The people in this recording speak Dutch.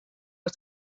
het